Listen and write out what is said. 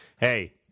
hey